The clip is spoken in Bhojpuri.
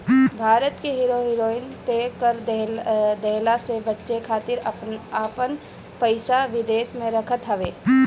भारत के हीरो हीरोइन त कर देहला से बचे खातिर आपन पइसा विदेश में रखत हवे